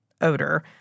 odor